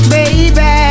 Baby